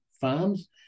farms